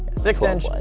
six inch,